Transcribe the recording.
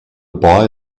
boy